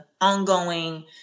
ongoing